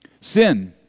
sin